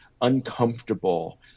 uncomfortable